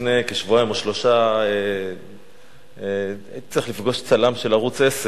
לפני כשבועיים או שלושה הייתי צריך לפגוש צלם של ערוץ-10.